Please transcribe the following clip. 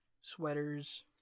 sweaters